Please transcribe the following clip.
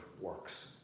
works